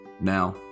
Now